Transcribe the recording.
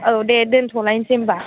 औ दे दोन्थ'लायसै होम्बा